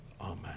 amen